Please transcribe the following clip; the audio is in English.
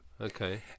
okay